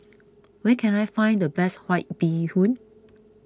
where can I find the best White Bee Hoon